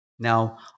Now